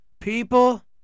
People